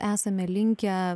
esame linkę